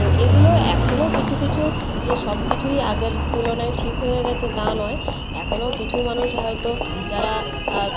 তো এগুলো এখনো কিছু কিছু যে সব কিছুই আগের তুলনায় ঠিক হয়ে গিয়েছে তা নয় এখনো কিছু মানুষ হয়তো যারা